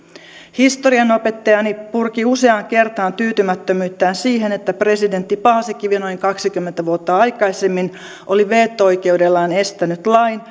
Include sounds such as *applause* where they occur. historianopettajani purki useaan kertaan tyytymättömyyttään siihen että presidentti paasikivi noin kaksikymmentä vuotta aikaisemmin oli veto oikeudellaan estänyt lain *unintelligible*